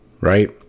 right